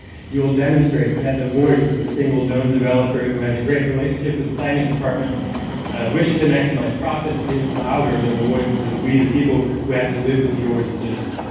you will demonstrate that the voice of a single known developer who has a great relationship with the planning department wishing to maximize profits is louder than the voices of we, the people, who have to live with your decisions.